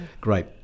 great